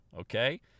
Okay